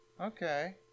Okay